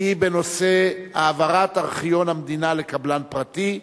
היא בנושא: העברת ארכיון המדינה לקבלן פרטי,